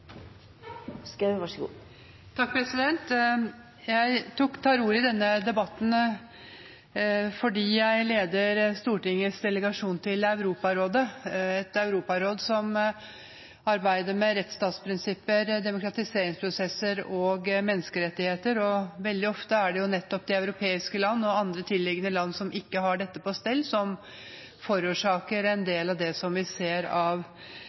Jeg tar ordet i denne debatten fordi jeg leder Stortingets delegasjon til Europarådet – et europaråd som arbeider med rettsstatsprinsipper, demokratiseringsprosesser og menneskerettigheter. Veldig ofte er det jo nettopp de europeiske land og andre tilliggende land som ikke har dette på stell, som forårsaker en del av det vi ser av